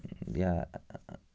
یا